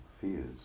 fears